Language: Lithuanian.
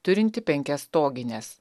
turinti penkias stogines